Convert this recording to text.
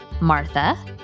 Martha